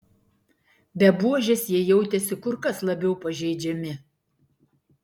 be buožės jie jautėsi kur kas labiau pažeidžiami